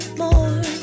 more